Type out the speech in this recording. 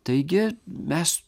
taigi mes